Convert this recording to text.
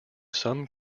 some